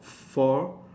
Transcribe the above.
for